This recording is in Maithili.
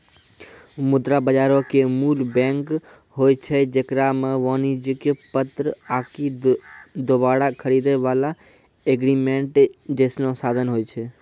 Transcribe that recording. मुद्रा बजारो के मूल बैंक होय छै जेकरा मे वाणिज्यक पत्र आकि दोबारा खरीदै बाला एग्रीमेंट जैसनो साधन होय छै